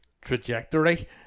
trajectory